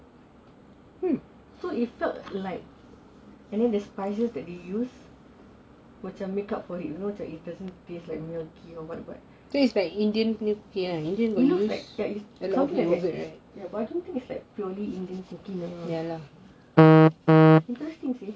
so it felt like and then the spices that they use macam make up for it macam it looks like yes something like that but I think it's like purely indian food interesting